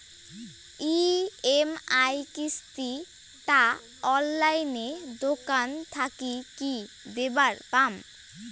EMI কিস্তি টা অনলাইনে দোকান থাকি কি দিবার পাম?